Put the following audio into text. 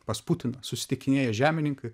pas putiną susitikinėja žemininkai